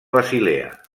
basilea